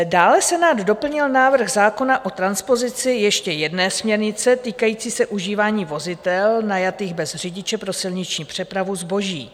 Dále Senát doplnil návrh zákona o transpozici ještě jedné směrnice, týkající se užívání vozidel najatých bez řidiče pro silniční přepravu zboží.